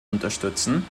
unterstützen